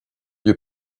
you